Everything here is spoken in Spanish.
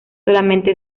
solamente